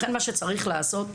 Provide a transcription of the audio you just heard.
לכן מה שצריך לעשות,